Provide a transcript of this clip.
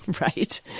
right